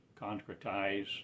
concretize